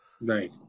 Right